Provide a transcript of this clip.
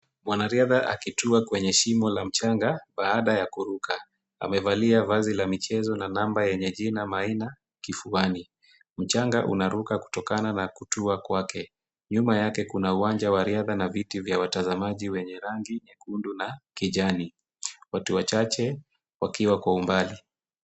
Mwanariadha akitua kwenye shimo la mchanga baada ya kuruka. Amevalia vazi la michezo na namba yenye jina Maina kifuani. Mchanga unaruka kutokana na kutua kwake. Nyuma yake kuna uwanja wa riadha na viti vya watazamaji wenye rangi nyekundu na kijani. Watu wachache wakiwa kwa umbali.